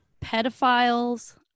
pedophiles